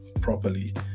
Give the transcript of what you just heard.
properly